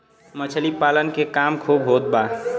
मछली पालन के काम खूब होत बा